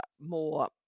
more